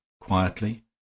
quietly